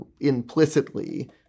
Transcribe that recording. implicitly